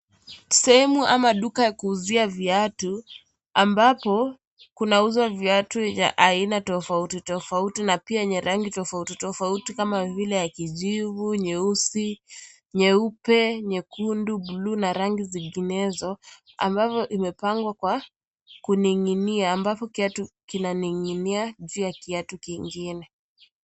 Sehemu ama duka ya kuuzia viatu ambapo kunauzwa viatu vya aina tofauti tofauti na pia yenye rangi tofauti tofauti kama vile ya kijivu, nyeusi, nyeupe, nyekundu, bluu na rangi zinginezo ambavyo imepangwa kwa kuning'inia ambavo kiatu kinaning'inia juu ya kiatu kingine.